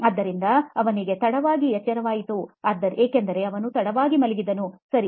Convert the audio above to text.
ಆದ್ದರಿಂದ ಅವನಿಗೆ ತಡವಾಗಿ ಎಚ್ಚರವಾಯಿತು ಏಕೆಂದರೆ ಅವನು ತಡವಾಗಿ ಮಲಗಿದನು ಸರಿ